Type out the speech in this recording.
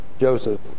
Joseph